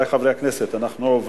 נתקבלה.